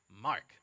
Mark